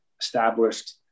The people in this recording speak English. established